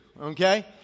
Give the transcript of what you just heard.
okay